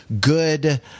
good